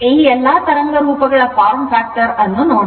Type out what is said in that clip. ಈಗ ಎಲ್ಲಾ ತರಂಗ ರೂಪಗಳ form factor ಅನ್ನು ನೋಡೋಣ